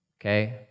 okay